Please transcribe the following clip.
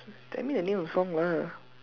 tell me the name of the song lah